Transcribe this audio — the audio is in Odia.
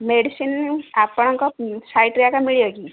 ମେଡ଼ିସିନ୍ ଆପଣଙ୍କ ସାଇଟ୍ ଆଡ଼େ ମିଳେ କି